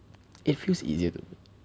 it feels easier to